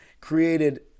created